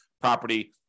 property